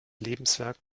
lebenswerk